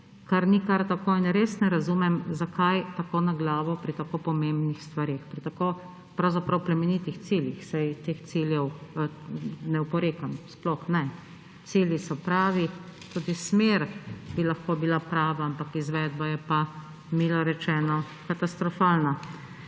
kar ni kar tako. In res ne razumem, zakaj tako na glavo pri tako pomembnih stvareh, pri tako pravzaprav plemenitih ciljih, saj teh ciljev ne oporekam, sploh ne. Cilji so pravi, tudi smer bi lahko bila prava, ampak izvedba je pa, milo rečeno, katastrofalna.